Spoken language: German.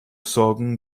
sorgen